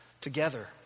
together